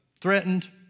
threatened